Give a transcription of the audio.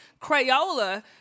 Crayola